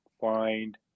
find